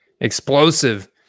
Explosive